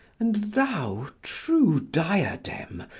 and thou, true diadem,